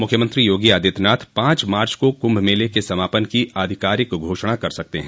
मुख्यमंत्री योगी आदित्यनाथ पाँच मार्च को कुंभ मेले के समापन की आधिकारिक घोषणा कर सकते हैं